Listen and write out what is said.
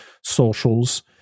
socials